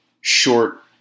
short